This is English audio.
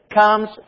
comes